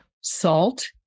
Salt